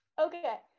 Okay